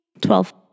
Twelve